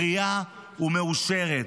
בריאה ומאושרת.